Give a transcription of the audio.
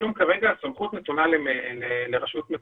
ברישום כרגע, הסמכות נתונה לרשות מקומית.